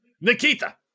nikita